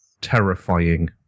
terrifying